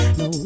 no